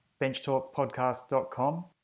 benchtalkpodcast.com